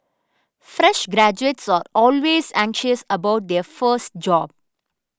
fresh graduates are always anxious about their first job